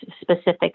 specific